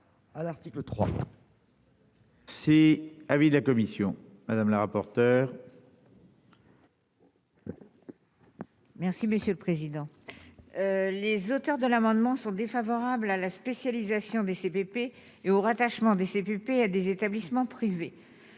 C'est un avis de la commission madame la rapporteure. Merci monsieur le président, les auteurs de l'amendement sont défavorables à la spécialisation CPP et au rattachement des CPLP à des établissements privés,